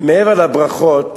מעבר לברכות,